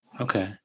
Okay